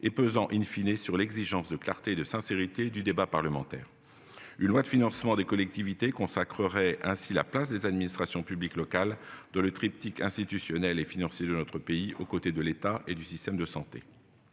et pesant in fine et sur l'exigence de clarté et de sincérité du débat parlementaire. Une loi de financement des collectivités consacrerait ainsi la place des administrations publiques locales de le triptyque institutionnel et financier de notre pays aux côtés de l'État et du système de santé.